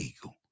eagle